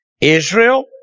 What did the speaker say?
Israel